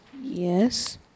yes